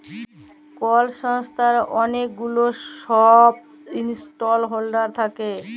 call সংস্থার অলেক গুলা ছব ইস্টক হল্ডার থ্যাকে